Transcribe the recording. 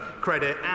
credit